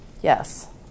Yes